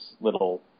little